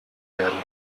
werden